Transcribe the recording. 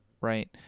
right